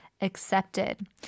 accepted